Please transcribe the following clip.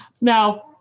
Now